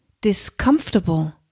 discomfortable